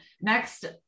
next